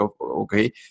okay